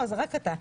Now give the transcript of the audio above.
לא, זה רק אתה.